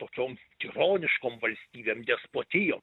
tokiom tironiškom valstybėm despotijom